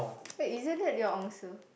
eh isn't that your answer